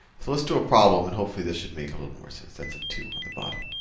so let's do a problem and hopefully this should make a little more sense. that's a two on the bottom.